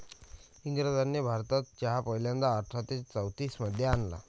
इंग्रजांनी भारतात चहा पहिल्यांदा अठरा शे चौतीस मध्ये आणला